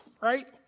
right